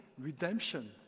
redemption